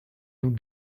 nous